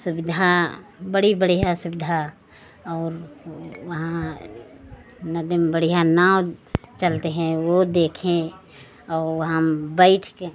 सुविधा बड़ी बढ़ियाँ सुविधा और वहाँ नदी में बढ़ियाँ नाव चलते हैं वह देखे और हम बैठकर